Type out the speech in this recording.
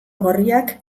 gorriak